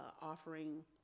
offering